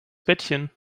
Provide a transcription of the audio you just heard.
bettchen